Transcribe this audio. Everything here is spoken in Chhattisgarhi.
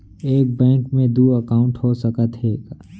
एक बैंक में दू एकाउंट हो सकत हे?